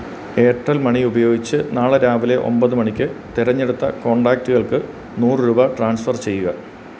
Airtel money ഉപയോഗിച്ച് നാളെ രാവിലെ ഒൻപതു മണിക്ക് തിരഞ്ഞെടുത്ത കോണ്ടാക്റ്റുകൾക്ക് നൂറു രൂപ ട്രാൻസ്ഫർ ചെയ്യുക